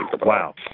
Wow